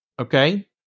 Okay